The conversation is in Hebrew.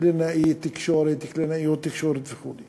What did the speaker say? קלינאי תקשורת, קלינאיות תקשורת וכו'